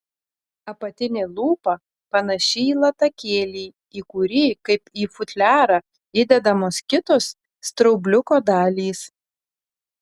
apatinė lūpa panaši į latakėlį į kurį kaip į futliarą įdedamos kitos straubliuko dalys